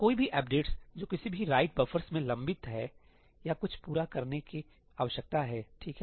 कोई भी अपडेट्स जो किसी भी राइट बफ़रस में लंबित हैं या कुछ पूरा करने की आवश्यकता है ठीक है